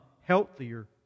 healthier